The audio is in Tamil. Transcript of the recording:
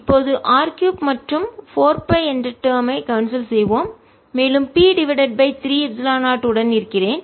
இப்போது r 3 மற்றும் 4 பை என்ற டேர்ம் ஐ கேன்சல் செய்வோம் மேலும் P டிவைடட் பை 3 எப்சிலன் 0 உடன் இருக்கிறேன்